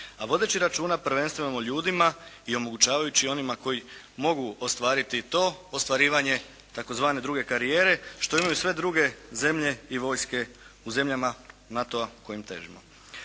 a vodeći računa prvenstveno o ljudima i omogućavajući onima koji mogu ostvariti to ostvarivanje tzv. druge karijere što imaju sve druge zemlje i vojske u zemljama NATO-a kojem težimo.